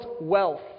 wealth